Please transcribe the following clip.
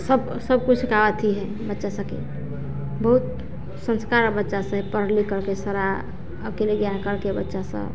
सब सबको सिका आती है बच्चा सब के बहुत संस्कार है बच्चा से पढ़ लिख कर सारा अकेले ज्ञान करके बच्चा स